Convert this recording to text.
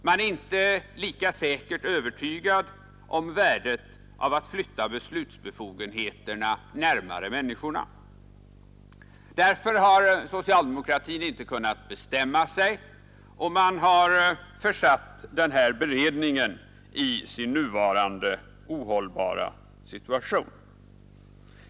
Man är inte lika säkert övertygad om värdet av att flytta beslutsbefogenheterna närmare människorna. Därför har socialdemokratin inte kunnat bestämma sig och har därmed försatt den här beredningen i dess nuvarande, ohållbara situation.